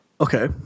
Okay